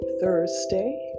Thursday